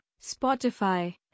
Spotify